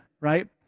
right